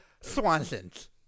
Swanson's